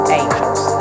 angels